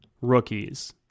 rookies